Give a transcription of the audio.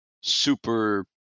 super